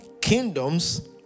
Kingdoms